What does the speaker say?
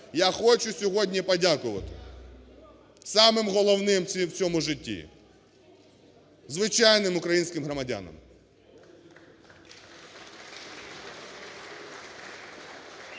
я хочу сьогодні подякувати самим головним в цьому житті - звичайним українським громадянам.